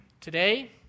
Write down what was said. Today